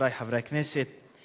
חברי חברי הכנסת,